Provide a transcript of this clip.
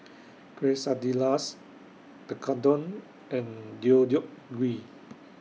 Quesadillas Tekkadon and Deodeok Gui